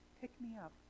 pick-me-up